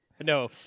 No